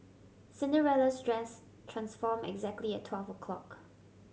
Cinderella's dress transform exactly at twelve o'clock